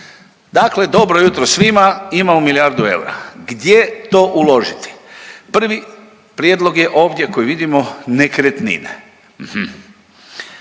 Dakle dobro jutro svima, imamo milijardu eura. Gdje to uložiti? Prvi prijedlog je ovdje koji vidimo, nekretnine.